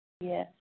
Yes